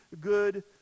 good